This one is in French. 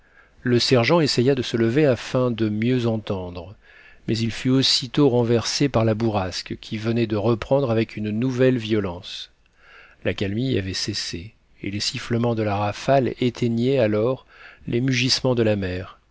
le sergent essaya de se lever afin de mieux entendre mais il fut aussitôt renversé par la bourrasque qui venait de reprendre avec une nouvelle violence l'accalmie avait cessé et les sifflements de la rafale éteignaient alors les mugissements de la mer